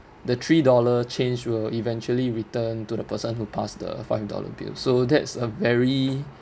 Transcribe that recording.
the three dollar change will eventually return to the person who passed the five dollar bill so that's a very